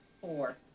four